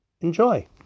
enjoy